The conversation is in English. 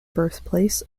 birthplace